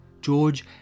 George